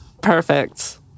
Perfect